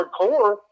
hardcore